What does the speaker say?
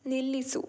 ನಿಲ್ಲಿಸು